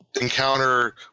encounter